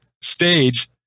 stage